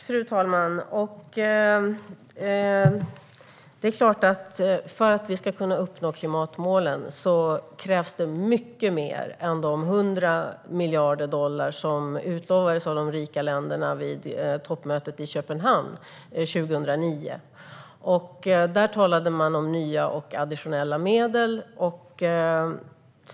Fru talman! Det är klart att för att vi ska kunna uppnå klimatmålen krävs det mycket mer än de 100 miljarder dollar som utlovades av de rika länderna på toppmötet i Köpenhamn 2009. Där talade man om nya och additionella medel.